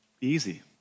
easy